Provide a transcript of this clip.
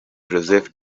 joseph